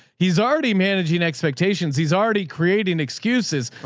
he's already managing expectations. he's already creating excuses.